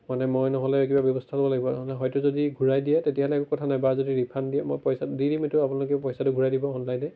মানে মই নহ'লে কিবা ব্যৱস্থা ল'ব লাগিব নহ'লে হয়তো যদি ঘূৰাই দিয়ে তেতিয়াহ'লে একো কথা নাই বা যদি ৰিফাণ্ড দিয়ে মই পইচাটো দি দিম এইটো আপোনালোকে পইচাটো ঘূৰাই দিব অনলাইনে